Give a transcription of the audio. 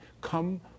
Come